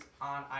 on